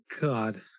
god